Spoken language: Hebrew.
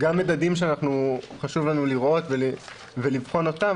גם מדדים שחשוב לנו לראות ולבחון אותם,